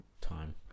time